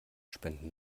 spenden